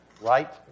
right